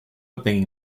open